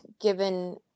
given